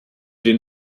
den